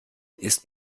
ist